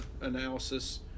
analysis